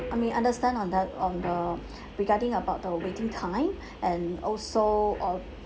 I mean understand on that on the regarding about the waiting time and also uh